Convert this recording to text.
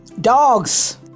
Dogs